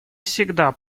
всегда